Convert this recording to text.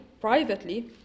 privately